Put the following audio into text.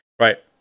Right